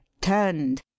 turned